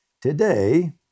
Today